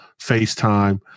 FaceTime